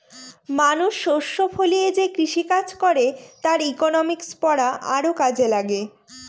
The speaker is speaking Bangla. মানুষ শস্য ফলিয়ে যে কৃষিকাজ করে তার ইকনমিক্স পড়া আরও কাজে লাগে